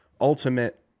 ultimate